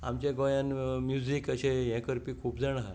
आमच्या गोंयांत म्युझीक अशें हें करपी खूब जाण आसा